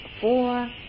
four